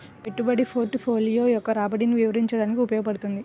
పెట్టుబడి పోర్ట్ఫోలియో యొక్క రాబడిని వివరించడానికి ఉపయోగించబడుతుంది